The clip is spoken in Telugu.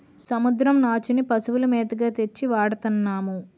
సముద్రం నాచుని పశువుల మేతగా తెచ్చి వాడతన్నాము